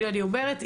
אני אומרת,